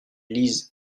lisent